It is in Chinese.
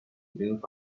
领兵